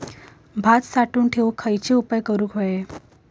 भात साठवून ठेवूक खयचे उपाय करूक व्हये?